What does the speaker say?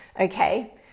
okay